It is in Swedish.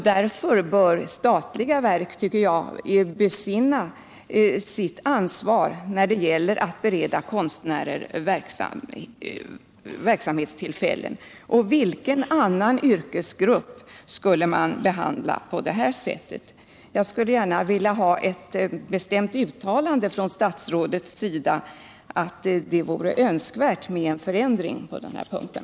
Därför bör statliga verk, tycker jag, besinna sitt ansvar när det gäller att bereda konstnärer verksamhetstillfällen. Vilken annan yrkesgrupp skulle man behandla på det här sättet? Jag skulle gärna vilja ha ett bestämt uttalande av statsrådet att det vore önskvärt med en förändring på den här punkten.